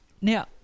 Now